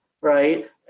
right